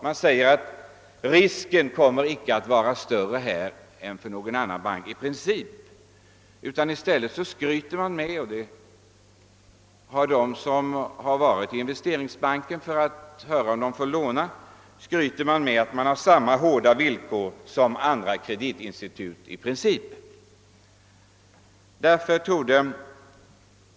Det sägs att risken i princip inte kommer att vara större för denna bank än för någon annan bank; Man skryter i stället med att man i princip har sam ma hårda villkor som andra kreditinstitut.